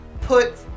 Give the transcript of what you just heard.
put